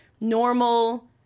normal